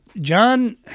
John